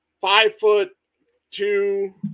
five-foot-two –